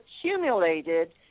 accumulated